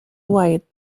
right